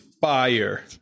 fire